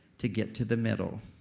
to get to the middle.